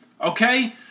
Okay